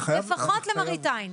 לפחות למראית עין.